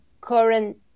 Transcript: current